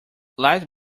light